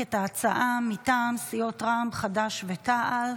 את ההצעה מטעם סיעות רע"מ וחד"ש-תע"ל.